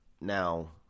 Now